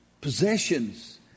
possessions